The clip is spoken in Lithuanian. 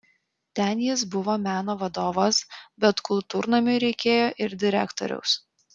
ten jis buvo meno vadovas bet kultūrnamiui reikėjo ir direktoriaus